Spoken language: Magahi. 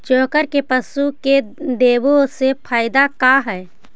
चोकर के पशु के देबौ से फायदा का है?